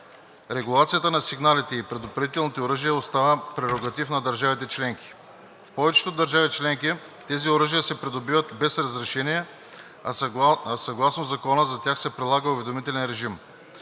Регулацията на сигналните и предупредителните оръжия остава прерогатив на държавите членки. В повечето държави членки тези оръжия се придобиват без разрешение, а съгласно Закона за тях се прилага уведомителен режим.